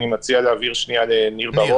אני מציע להעביר את רשות הדיבור לאל"מ ניר בר-און,